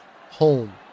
home